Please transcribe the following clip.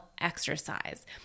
exercise